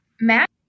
Matt